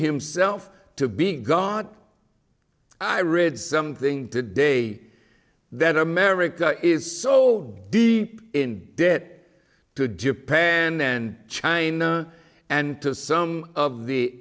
himself to be gone i read something today that america is so deep in debt to japan and china and to some of the